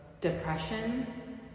depression